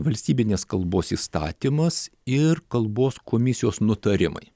valstybinės kalbos įstatymas ir kalbos komisijos nutarimai